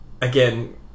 again